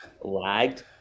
lagged